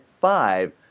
five